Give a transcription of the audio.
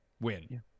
win